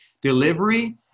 Delivery